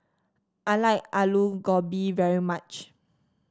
I like Aloo Gobi very much